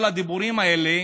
כל הדיבורים האלה,